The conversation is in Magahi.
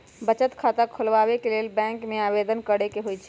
बचत खता खोलबाबे के लेल बैंक में आवेदन करेके होइ छइ